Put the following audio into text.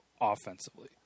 offensively